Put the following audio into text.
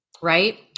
right